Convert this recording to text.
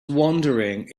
wondering